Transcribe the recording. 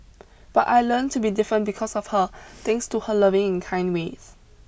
but I learnt to be different because of her thanks to her loving and kind ways